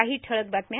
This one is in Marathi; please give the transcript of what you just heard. काही ठळक बातम्या